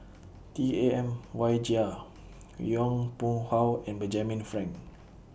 T A M Wai Jia Yong Pung How and Benjamin Frank